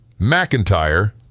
McIntyre